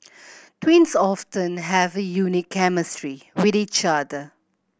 twins often have a unique chemistry with each other